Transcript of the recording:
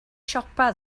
siopa